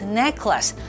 necklace